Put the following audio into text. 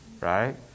right